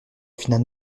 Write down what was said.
finale